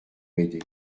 m’aider